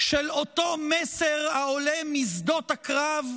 של אותו מסר העולה משדות הקרב,